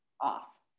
Off